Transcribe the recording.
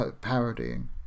parodying